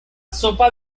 sopa